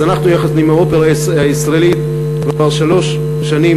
אז אנחנו יחד עם האופרה הישראלית כבר שלוש שנים